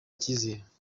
icyizere